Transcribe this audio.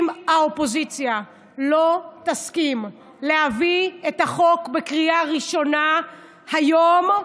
אם האופוזיציה לא תסכים להביא את החוק בקריאה ראשונה היום,